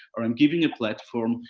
or i'm giving a platform,